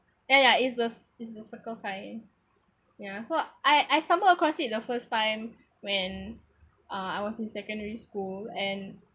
ya ya is the is the circle kind ya so I I stumble across it the first time when uh I was in secondary school and